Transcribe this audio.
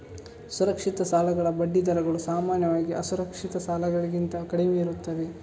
ಸುರಕ್ಷಿತ ಸಾಲಗಳ ಬಡ್ಡಿ ದರಗಳು ಸಾಮಾನ್ಯವಾಗಿ ಅಸುರಕ್ಷಿತ ಸಾಲಗಳಿಗಿಂತ ಕಡಿಮೆಯಿರುತ್ತವೆ